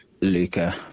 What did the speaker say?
Luca